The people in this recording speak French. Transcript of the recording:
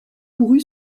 couru